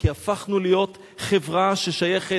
כי הפכנו להיות חברה ששייכת,